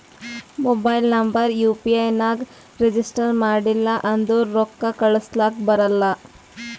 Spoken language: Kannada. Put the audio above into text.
mobile number U P I ನಾಗ್ ರಿಜಿಸ್ಟರ್ ಮಾಡಿಲ್ಲ ಅಂದುರ್ ರೊಕ್ಕಾ ಕಳುಸ್ಲಕ ಬರಲ್ಲ